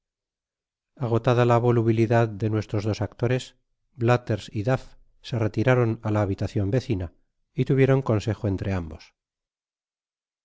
agotada la volubilidad de nuestros dos actores ulathers y duff se retiraron á la habitacion vecina y tuvieron consejo entre ambos